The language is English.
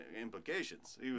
implications